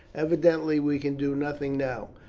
evidently we can do nothing now.